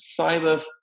cyber